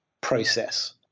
process